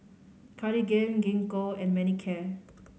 Cartigain Gingko and Manicare